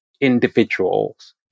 individuals